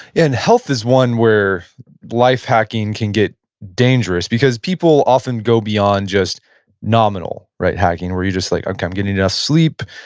and health is one where life hacking can get dangerous, because people often go beyond just nominal hacking, where you're just like, okay, i'm getting enough sleep,